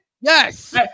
Yes